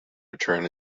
return